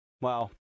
Wow